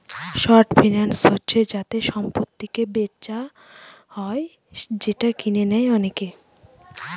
short finance হচ্ছে যাতে সম্পত্তিকে বেচা হয় যেটা কিনে নেয় অনেকে